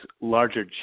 larger